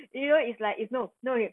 you know it's like if no no you